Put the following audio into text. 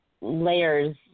layers